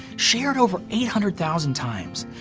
shared over eight hundred thousand times.